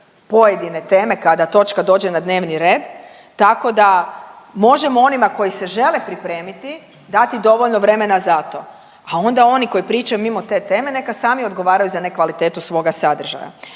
pojedine teme kada točka dođe na dnevni red, tako da možemo onima koji se žele pripremiti dati dovoljno vremena za to, a onda oni koji pričaju mimo te teme, neka sami odgovaraju za nekvalitetu svoga sadržaja.